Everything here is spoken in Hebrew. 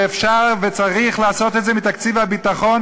ואפשר וצריך לעשות את זה מתקציב הביטחון,